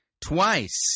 Twice